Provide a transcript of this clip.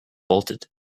bolted